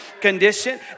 condition